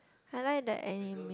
I like the anime